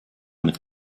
mit